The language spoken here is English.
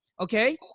okay